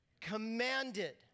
Commanded